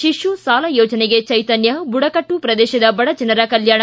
ಶಿಶು ಸಾಲ ಯೋಜನೆಗೆ ಚೈತನ್ನ ಬುಡಕಟ್ಲು ಪ್ರದೇಶದ ಬಡಜನರ ಕಲ್ಲಾಣ